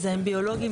מזהם ביולוגי,